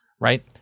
right